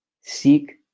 Seek